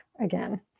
again